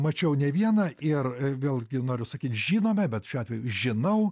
mačiau ne vieną ir vėlgi noriu sakyt žinome bet šiuo atveju žinau